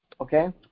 Okay